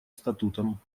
статутом